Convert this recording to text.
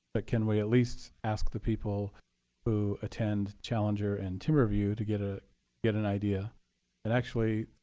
but can we at least ask the people who attend challenger and timber view to get ah get an idea? and actually,